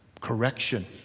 Correction